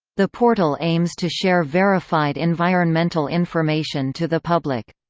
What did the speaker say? the portal aims to share verified environmental information to the public.